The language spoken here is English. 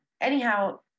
anyhow